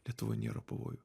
lietuvoj nėra pavojų